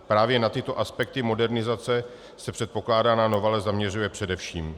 Právě na tyto aspekty modernizace se předkládaná novela zaměřuje především.